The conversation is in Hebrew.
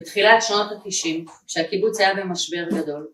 ‫בתחילת שנות ה-90, ‫כשהקיבוץ היה במשבר גדול.